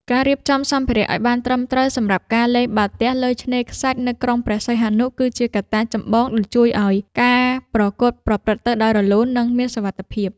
ការរៀបចំសម្ភារៈឱ្យបានត្រឹមត្រូវសម្រាប់ការលេងបាល់ទះលើឆ្នេរខ្សាច់នៅក្រុងព្រះសីហនុ គឺជាកត្តាចម្បងដែលជួយឱ្យការប្រកួតប្រព្រឹត្តទៅដោយរលូន និងមានសុវត្ថិភាព។